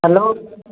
hello